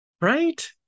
right